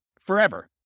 forever